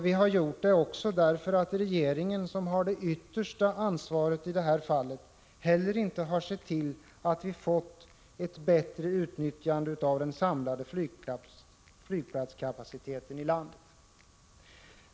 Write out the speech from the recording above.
Vi har gjort det också därför att regeringen, som har det yttersta ansvaret i det här fallet, heller inte har sett till att vi fått ett bättre utnyttjande av den samlade flygplatskapaciteten i landet.